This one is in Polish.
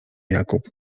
jakub